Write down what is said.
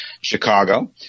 Chicago